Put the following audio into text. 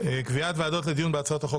קביעת ועדה לדיון בהצעת חוק